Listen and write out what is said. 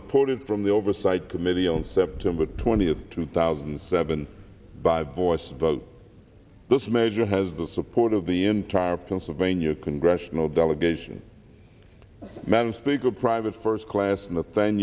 reported from the oversight committee on september twentieth two thousand and seven by voice vote this measure has the support of the entire pennsylvania congressional delegation madam speaker private first class in the t